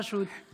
פשוט,